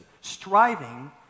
Striving